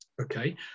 okay